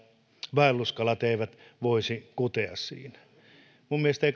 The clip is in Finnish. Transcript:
vaelluskalat eivät voisi kutea siinä minun mielestäni